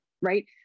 right